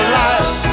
life